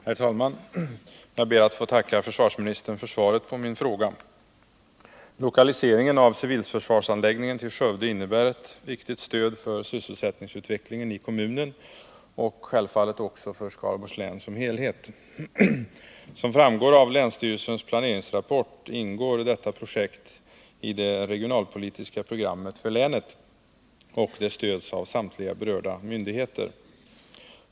Herr talman! Jag ber att få tacka försvarsministern för svaret på min fråga. Lokaliseringen av civilförsvarsanläggningen till Skövde innebär ett viktigt stöd för sysselsättningsutvecklingen inom kommunen och självfallet också för Skaraborgs län som helhet. Som framgår av länsstyrelsens planeringsrapport ingår detta projekt i det regionalpolitiska programmet för länet, och det stöds av samtliga berörda myndigheter.